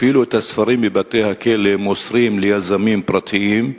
אפילו את הספרים מבתי-הכלא מוסרים ליזמים פרטיים,